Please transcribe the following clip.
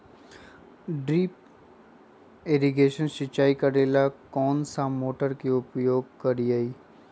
Drip irrigation सिंचाई करेला कौन सा मोटर के उपयोग करियई?